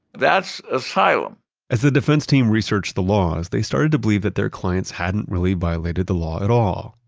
that's asylum as the defense team researched the laws, they started to believe that their clients hadn't really violated the law at all.